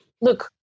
look